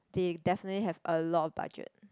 they definitely have a lot of budget